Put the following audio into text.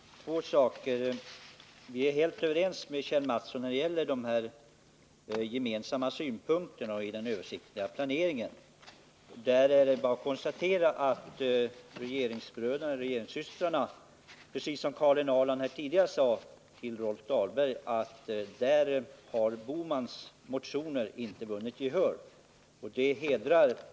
Fru talman! Jag vill ta upp två saker. Vi är helt överens med Kjell Mattsson när det gäller de gemensamma synpunkterna i den översiktliga planeringen. Det är bara att konstatera — precis som Karin Ahrland tidigare sade till Rolf Dahlberg — att där har Gösta Bohmans motioner inte vunnit gehör bland regeringsbröderna och regeringssystrarna.